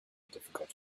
difficult